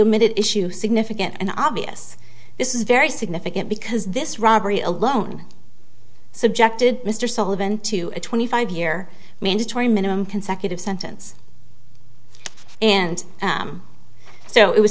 image issue significant and obvious this is very significant because this robbery alone subjected mr sullivan to a twenty five year mandatory minimum consecutive sentence and so it was